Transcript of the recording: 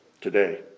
today